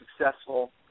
successful